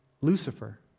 Lucifer